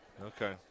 Okay